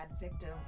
victim